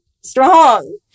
strong